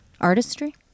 Artistry